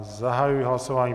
Zahajuji hlasování.